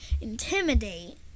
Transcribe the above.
intimidate